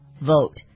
vote